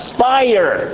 fire